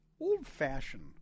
old-fashioned